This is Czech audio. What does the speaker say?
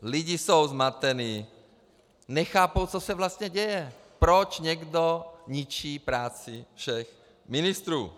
Lidi jsou zmatení, nechápou, co se vlastně děje, proč někdo ničí práci všech ministrů.